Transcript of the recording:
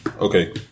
Okay